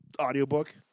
audiobook